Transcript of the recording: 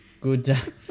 Good